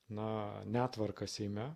na netvarką seime